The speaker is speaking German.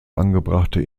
angebrachte